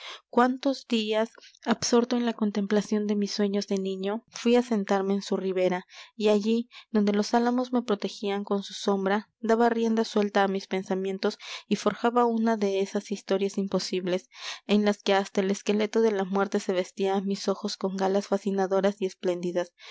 cuántos días absorto en la contemplación de mis sueños de niño fuí á sentarme en su ribera y allí donde los álamos me protegían con su sombra daba rienda suelta á mis pensamientos y forjaba una de esas historias imposibles en las que hasta el esqueleto de la muerte se vestía á mis ojos con galas fascinadoras y espléndidas